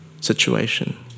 situation